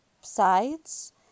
sides